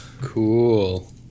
Cool